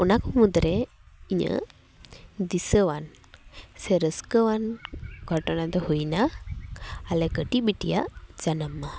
ᱚᱱᱟ ᱠᱚ ᱢᱩᱫᱽᱨᱮ ᱤᱧᱟᱹᱜ ᱫᱤᱥᱟᱹᱣᱟᱱ ᱥᱮ ᱨᱟᱹᱥᱠᱟᱹᱣᱟᱱ ᱜᱷᱚᱴᱚᱱᱟ ᱫᱚ ᱦᱩᱭᱱᱟ ᱟᱞᱮ ᱠᱟᱹᱴᱤᱜ ᱵᱤᱴᱤᱭᱟᱜ ᱡᱟᱱᱟᱢ ᱢᱟᱦᱟ